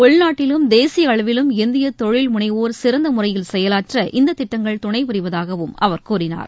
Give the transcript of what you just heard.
உள்நாட்டிலும் தேசியஅளவிலும் இந்தியதொழில் முனைவோர் சிறந்தமுறையில் செயலாற்ற இந்ததிட்டங்கள் துணைபுரிவதாகவும் அவர் கூறினார்